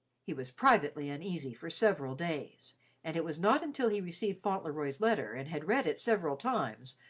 he was privately uneasy for several days and it was not until he received fauntleroy's letter and had read it several times,